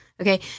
Okay